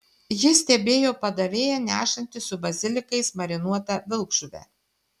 ji stebėjo padavėją nešantį su bazilikais marinuotą vilkžuvę